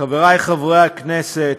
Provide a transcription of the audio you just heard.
חבריי חברי הכנסת,